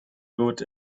good